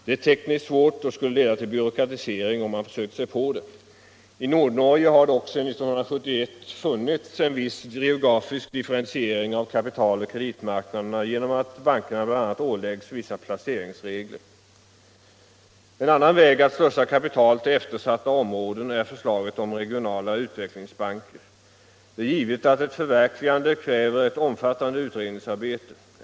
Det är tekniskt svårt och skulle leda till byråkratisering, om man försökte sig på det. I Nordnorge har dock sedan 1971 funnits en viss geografisk differentiering av kapitaloch kreditmarknaderna genom att bankerna bl.a. åläggs vissa placeringsregler. En annan väg att slussa kapital till eftersatta områden är förslaget om regionala utvecklingsbanker. Det är givet att ett förverkligande av det förslaget kräver ett omfattande utredningsarbete.